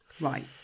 right